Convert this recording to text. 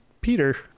peter